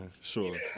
sure